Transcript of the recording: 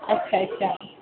अच्छा अच्छा